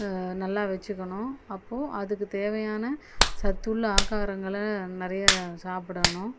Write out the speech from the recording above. நல்லா வச்சுக்கணும் அப்போ அதுக்கு தேவையான சத்துள்ள ஆகாரங்களை நிறைய சாப்பிடணும்